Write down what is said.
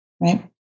right